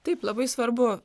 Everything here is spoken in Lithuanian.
taip labai svarbu